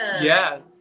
Yes